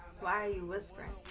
why are you whispering?